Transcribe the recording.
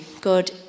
God